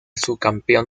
subcampeón